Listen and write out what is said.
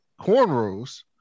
cornrows